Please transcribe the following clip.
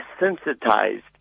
desensitized